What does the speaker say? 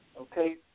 okay